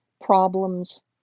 problems